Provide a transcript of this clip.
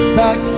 back